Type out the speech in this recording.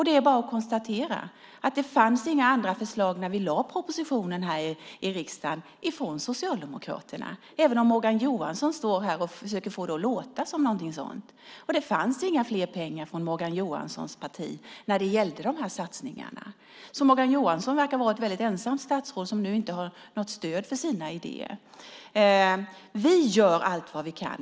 Det är bara att konstatera att det inte fanns några andra förslag från Socialdemokraterna när vi lade fram propositionen här i riksdagen, även om Morgan Johansson står här och försöker få det att låta så. Det fanns inte mer pengar från Morgan Johanssons parti när det gällde de här satsningarna. Morgan Johansson verkar ha varit ett väldigt ensamt statsråd som nu inte har något stöd för sina idéer. Vi gör allt vad vi kan.